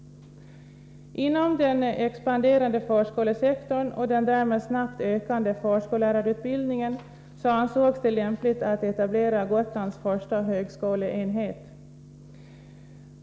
Inom den expanderande förskolesektorn och den därmed snabbt ökande förskollärarutbildningen ansågs det lämpligt att etablera Gotlands första högskoleenhet.